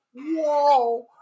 whoa